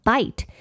Bite